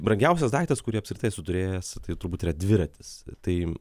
brangiausias daiktas kurį apskritai esu turėjęs tai turbūt yra dviratis tai